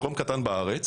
מקום קטן בארץ